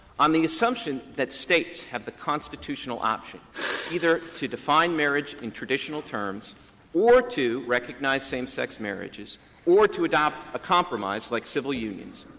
on the assumption that states have the constitutional option either to define marriage in traditional terms or to recognize same-sex marriages or to adopt a compromise like civil unions,